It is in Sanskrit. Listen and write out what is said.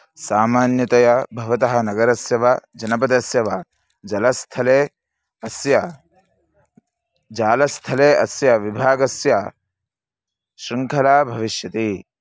सामान्यतया भवतः नगरस्य वा जनपदस्य वा जलस्थले अस्य जालस्थले अस्य विभागस्य शृङ्खला भविष्यति